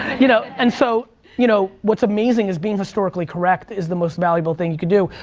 you know and so you know what's amazing is being historically correct is the most valuable thing to do.